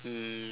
um